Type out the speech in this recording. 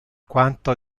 quanto